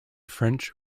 french